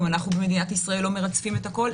גם אנחנו במדינת ישראל לא מרצפים את הכול.